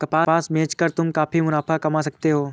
कपास बेच कर तुम काफी मुनाफा कमा सकती हो